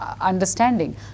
understanding